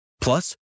Plus